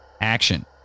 action